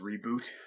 reboot